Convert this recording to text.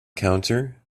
counter